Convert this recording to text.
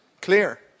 clear